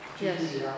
Yes